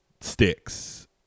sticks